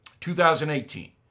2018